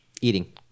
Eating